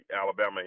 Alabama